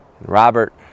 Robert